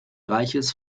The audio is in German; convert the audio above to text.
reichs